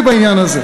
האחורית.